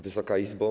Wysoka Izbo!